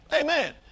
Amen